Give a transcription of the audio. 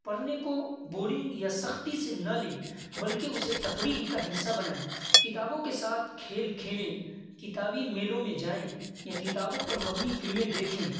پڑھنے کو بورنگ یا سختی سے نہ لیں بلکہ اسے تفریح کا حصہ بنائیں کتابوں کے ساتھ کھیل کھیلیں کتابی میلوں میں جائیں یا کتابوں پر مبنی فلمیں دیکھیں